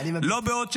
לא בעוד שנה,